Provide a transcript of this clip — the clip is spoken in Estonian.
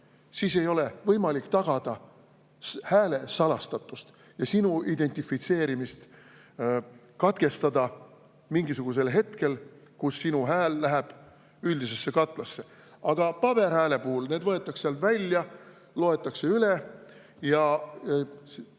siis ei ole võimalik tagada hääle salastatust ja kellegi identifitseerimist katkestada mingisugusel hetkel. Sinu hääl läheb üldisesse katlasse. Aga paberhääle puhul võetakse [sedelid] sealt välja, loetakse üle, ja